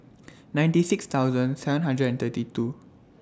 ninety six thousand seven hundred and thirty two